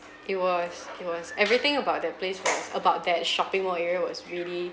it was it was everything about the place was about that shopping mall area was really